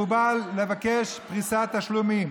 הוא בא לבקש פריסת תשלומים,